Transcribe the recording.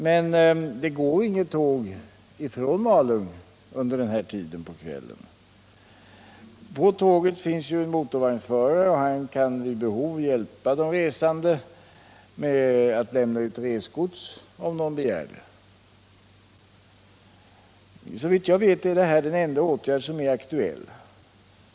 Men det går inget tåg från Malung den här tiden på kvällen. På det tåg som kommer finns motorvagnsförare, och han kan hjälpa de resande med att lämna ut resgods, om de begär det. Såvitt jag vet är det här den enda åtgärd som är aktuell.